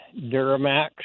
Duramax